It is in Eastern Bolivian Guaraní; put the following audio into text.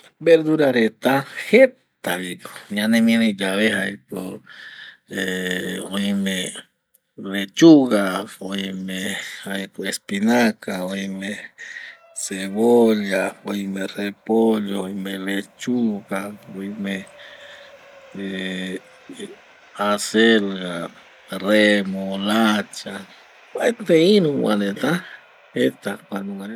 Verdura reta jeta vi ko ñanemiari yave jaeko oime lechuga, oime jaeko espinaka, oime cebolla, oime, repollo, oime, lechuga oime acelga, remolacha opaete iru va reta jeta kuanunga reta